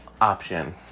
option